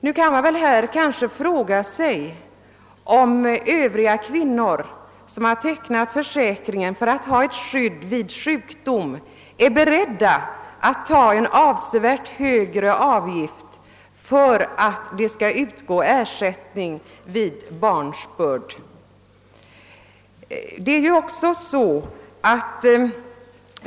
Nu kan man kanske fråga sig om övriga kvinnor som tecknar försäkring för att ha ett skydd vid sjukdom är beredda att acceptera en avsevärt högre avgift för att ersättning vid barnsbörd skall utgå.